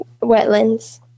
wetlands